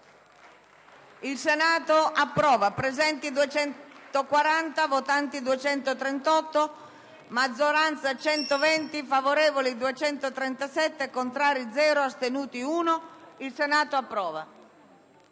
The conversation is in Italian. il Senato approva